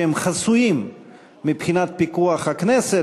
שהם חסויים מבחינת פיקוח הכנסת,